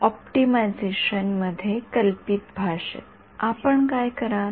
optimisation मध्ये कल्पित भाषेत आपण काय कराल